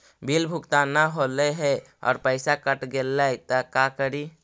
Bill भुगतान न हौले हे और पैसा कट गेलै त का करि?